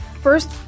First